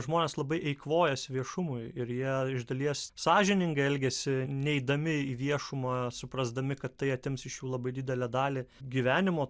žmonės labai eikvojasi viešumui ir jie iš dalies sąžiningai elgiasi neidami į viešumą suprasdami kad tai atims iš jų labai didelę dalį gyvenimo